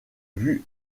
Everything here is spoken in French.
vus